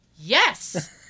yes